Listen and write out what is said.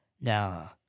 Now